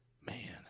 Man